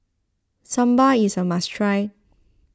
Sambar is a must try